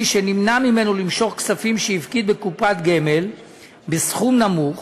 שנמנע ממנו למשוך כספים שהפקיד בקופת גמל בסכום נמוך.